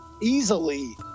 easily